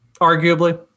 arguably